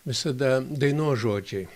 visada dainos žodžiai